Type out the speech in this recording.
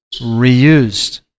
reused